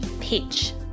pitch